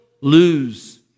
lose